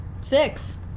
Six